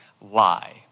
lie